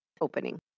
opening